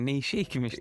neišeikim iš